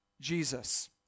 Jesus